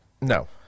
no